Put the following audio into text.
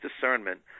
discernment